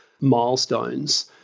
milestones